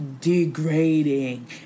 degrading